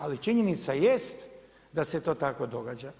Ali, činjenica jest, da se to tako događa.